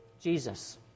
Jesus